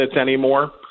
anymore